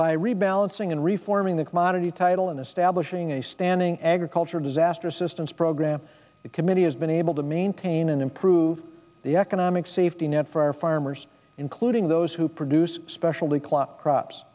by rebalancing and reforming the commodity title and establishing a standing agriculture disaster assistance program committee has been able to maintain and improve the economic safety net for farmers including those who produce specialty clock crops